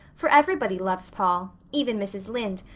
for everybody loves paul, even mrs. lynde,